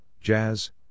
jazz